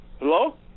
Hello